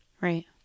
Right